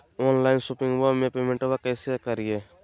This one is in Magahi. ऑनलाइन शोपिंगबा में पेमेंटबा कैसे करिए?